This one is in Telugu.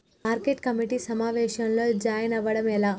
మార్కెట్ కమిటీ సమావేశంలో జాయిన్ అవ్వడం ఎలా?